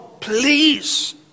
please